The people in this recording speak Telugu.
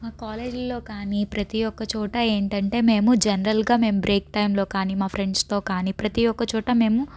మా కాలేజీలలో కాని ప్రతి ఒక్కచోట ఏంటంటే మేము జనరల్గా మేము బ్రేక్ టైంలో కానీ మా ఫ్రెండ్స్తో కానీ ప్రతి ఒక్కచోట మేము